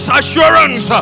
assurance